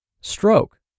Stroke